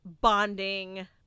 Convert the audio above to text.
bonding